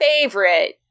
favorite